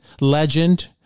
legend